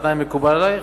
התנאי מקובל עלייך?